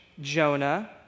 Jonah